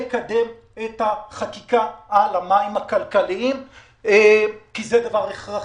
לקדם את החקיקה על המים הכלכליים כי זה דבר הכרחי.